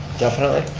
definitely.